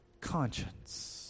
conscience